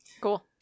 cool